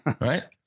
right